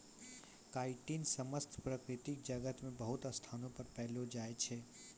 chitin समस्त प्रकृति जगत मे बहुते स्थानो पर पैलो जाय छै